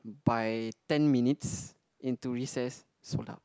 by ten minutes into recess sold out